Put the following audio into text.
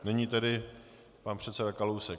Nyní tedy pan předseda Kalousek.